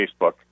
Facebook